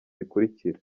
bikurikira